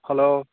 hello